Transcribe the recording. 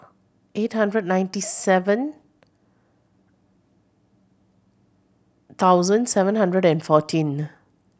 eight hundred ninety seven thousand seven hundred and fourteen